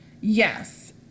Yes